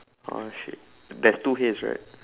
oh shit there's two hays right